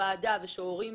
בוועדה וסביב השולחן